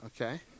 Okay